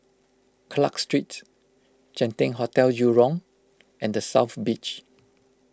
Clarke Street Genting Hotel Jurong and the South Beach